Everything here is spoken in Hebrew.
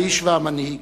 האיש והמנהיג.